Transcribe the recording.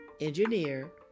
engineer